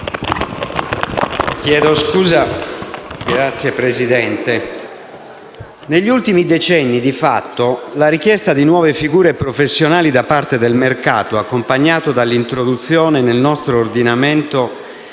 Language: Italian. Signora Presidente, negli ultimi decenni di fatto la richiesta di nuove figure professionali da parte del mercato, accompagnato dall'introduzione, nel nostro ordinamento,